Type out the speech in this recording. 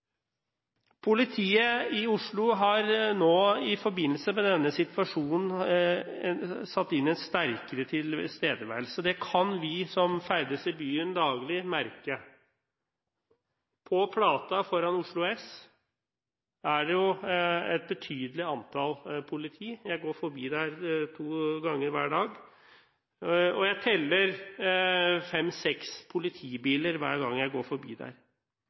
Politiet i Oslo har nå i forbindelse med denne situasjonen satt inn en sterkere tilstedeværelse. Det kan vi som ferdes i byen daglig, merke. På Plata, foran Oslo S, er det et betydelig antall politi. Jeg går forbi der to ganger hver dag, og jeg teller fem–seks politibiler hver gang jeg går forbi.